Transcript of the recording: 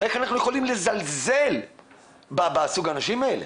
איך אנחנו יכולים לזלזל באנשים האלה?